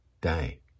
day